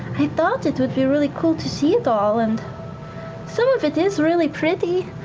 i thought it would be really cool to see it all and some of it is really pretty.